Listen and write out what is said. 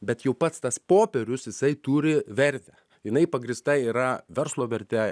bet jau pats tas popierius jisai turi vertę jinai pagrįsta yra verslo verte